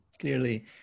clearly